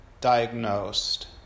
diagnosed